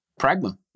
Pragma